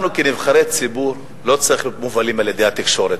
אנחנו כנבחרי ציבור לא צריכים להיות מובלים על-ידי התקשורת.